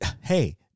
hey